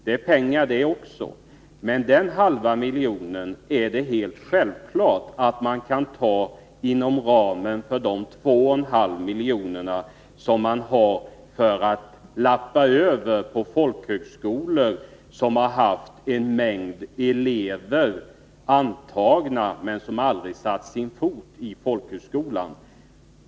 Det är pengar det också, men den halva miljonen är det helt klart att man kan ta inom ramen för de 2,5 milj.kr. som man har för att lappa över på folkhögskolor med en mängd elever antagna som sedan aldrig har satt sin fot i skolan.